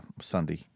Sunday